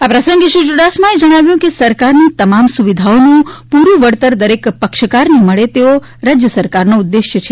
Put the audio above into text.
આ પ્રસંગે શ્રી યુડાસમાએ જણાયું કે સરકારની તમામ સુવિધાઓનું પૂર્ણ વળતર દરેક પક્ષકારને મળે તેવો રાજ્ય સરકારનો ઉદ્દેશ છે